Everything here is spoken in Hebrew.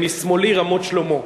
משמאלי רמת-שלמה,